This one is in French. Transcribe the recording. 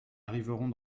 arriveront